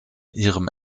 ihrem